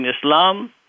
Islam